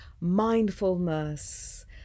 mindfulness